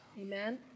Amen